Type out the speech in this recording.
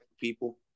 people